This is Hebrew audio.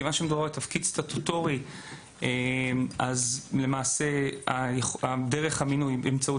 כיוון שמדובר בתפקיד סטטוטורי אז למעשה דרך המינוי היא באמצעות